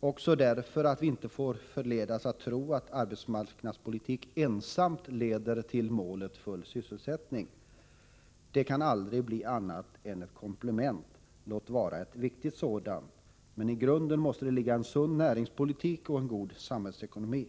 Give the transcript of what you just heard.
också därför att vi inte får förledas tro att den ensam leder till målet: full sysselsättning. Den kan aldrig bli annat än ett komplement, låt vara ett viktigt sådant, och i grunden måste ligga en sund näringspolitik och en god samhällsekonomi.